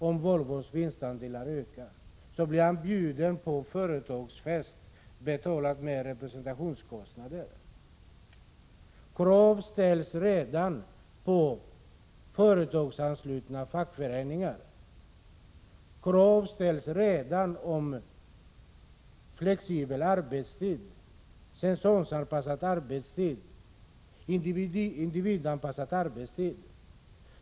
Om Volvos vinstandelar ökar, blir han bjuden på företagsfest, betald med representationspengar. Krav ställs redan på företagsanslutna fackföreningar. Krav ställs redan på flexibel arbetstid, säsongsanpassad arbetstid och individanpassad arbetstid.